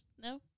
No